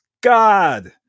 god